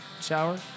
shower